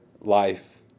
life